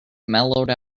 mellowed